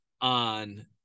on